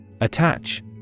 Attach